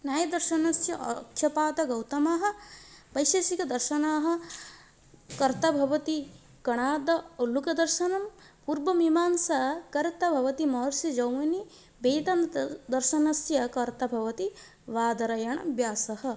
न्यायदर्शनस्य अक्षपादगौतमः वैशेषिकदर्शनस्य कर्ता भवति कणादः औलूकदर्शनं पूर्वमीमांसायाः कर्ता भवति महर्षिजैमिनिः वेदान्तदर्शनस्य कर्ता भवति बादरायणः व्यासः